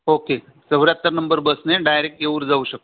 okay चौऱ्याहत्तर number बसने direct Yeoor जाऊ शकतो